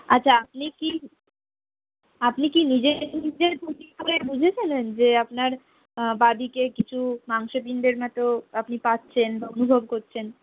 আচ্ছা আপনি কি আপনি কি নিজে নিজে বুঝেছিলেন যে আপনার বাঁ দিকে কিছু মাংসপিণ্ডের মতো আপনি পাচ্ছেন বা অনুভব করছেন